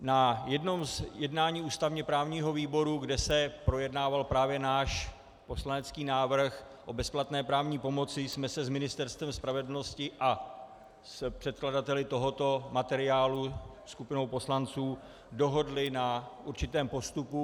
Na jednom jednání ústavněprávního výboru, kde se projednával právě náš poslanecký návrh o bezplatné právní pomoci, jsme se s Ministerstvem spravedlnosti a s předkladateli tohoto materiálu, skupinou poslanců, dohodli na určitém postupu.